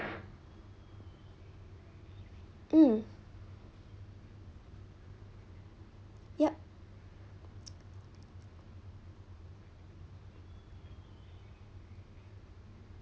mm yup